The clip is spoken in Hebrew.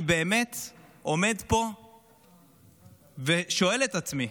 אני באמת עומד פה ושואל את עצמי